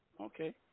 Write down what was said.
Okay